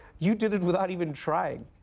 you did it without even trying!